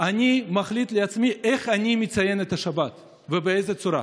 אני מחליט לעצמי איך אני מציין את השבת ובאיזו צורה.